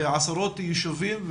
עשרות יישובים.